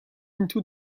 into